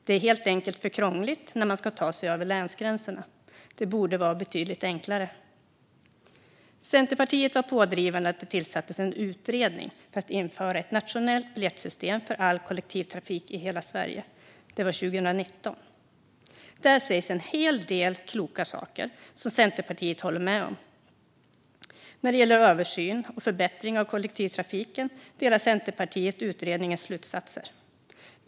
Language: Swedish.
Det är helt enkelt för krångligt när man ska ta sig över länsgränserna. Det borde vara betydligt enklare. Centerpartiet var pådrivande för att det tillsattes en utredning för att införa ett nationellt biljettsystem för all kollektivtrafik i hela Sverige. Den kom 2019, och där sägs en hel del kloka saker som Centerpartiet håller med om. När det gäller översyn och förbättring av kollektivtrafiken delar Centerpartiet utredningens slutsatser.